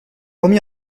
sommes